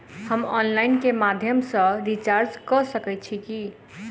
हम ऑनलाइन केँ माध्यम सँ रिचार्ज कऽ सकैत छी की?